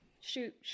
Shoot